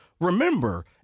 remember